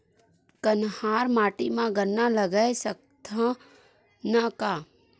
कन्हार माटी म गन्ना लगय सकथ न का?